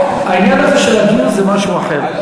העניין הזה של הגיוס זה משהו אחר.